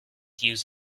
used